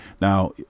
Now